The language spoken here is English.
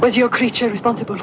was your creature responsible